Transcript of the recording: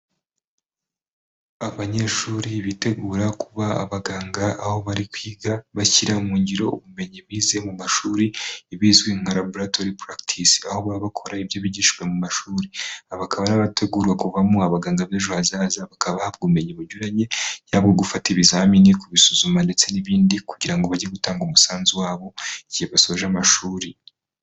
Abanyeshuri bitegura kuba abaganga aho bari kwiga bashyira mu ngiro ubumenyi bize mu mashuri bizwi nka laboratori puragitise, aho baba bakora ibyo bigishijwe mu mashuri. Aba akaba ari abategura kuvamo abaganga b'ejo hazaza bakaba habwa ububumenyi bunyuranye, yaba gufata ibizamini, kubisuzuma ndetse n'ibindi, kugira ngo bajye gutanga umusanzu wa bo igihe basoje amashuri.